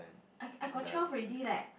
I I got twelve already leh